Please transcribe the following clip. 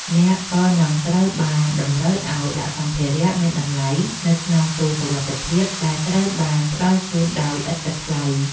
អ្នកក៏នឹងត្រូវបានតម្រូវឱ្យដាក់សម្ភារៈមានតម្លៃនៅក្នុងទូសុវត្ថិភាព ដែលត្រូវបានផ្ដល់ជូនដោយឥតគិតថ្លៃ។